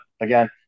again